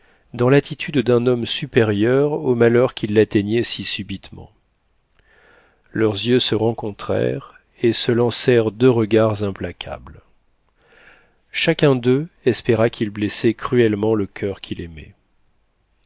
dans l'attitude d'un homme supérieur au malheur qui l'atteignait si subitement leurs yeux se rencontrèrent et se lancèrent deux regards implacables chacun d'eux espéra qu'il blessait cruellement le coeur qu'il aimait